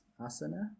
asana